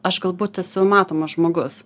aš galbūt esu matomas žmogus